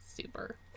super